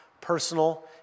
personal